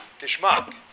geschmack